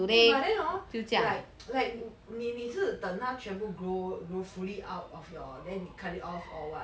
eh but then hor is like like 你你是等它全部 grow you know fully out of your then you cut it off or what